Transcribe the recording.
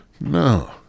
No